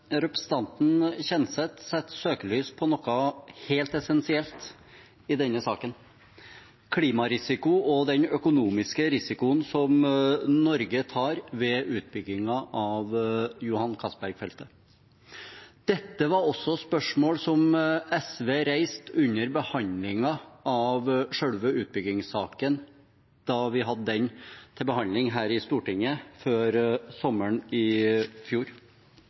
Representanten Kjenseth setter søkelys på noe helt essensielt i denne saken: klimarisiko og den økonomiske risikoen som Norge tar ved utbyggingen av Johan Castberg-feltet. Dette var også spørsmål som SV reiste under behandlingen av selve utbyggingssaken da vi hadde den til behandling her i Stortinget før sommeren i fjor.